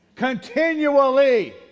continually